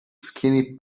skinny